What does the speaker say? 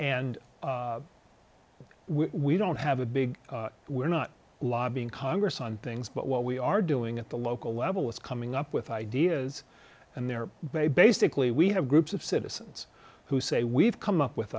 and we don't have a big we're not lobbying congress on things but what we are doing at the local level is coming up with ideas and there are basically we have groups of citizens who say we've come up with